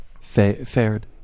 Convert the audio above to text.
fared